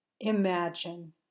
imagine